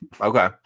Okay